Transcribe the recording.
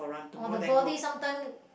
or the body sometime